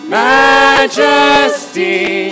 majesty